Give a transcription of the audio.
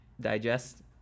digest